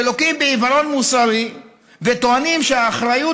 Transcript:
שלוקים בעיוורון מוסרי וטוענים שהאחריות